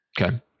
Okay